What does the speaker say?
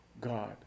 God